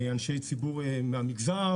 אנשי ציבור מהמגזר.